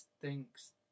thinks